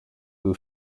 who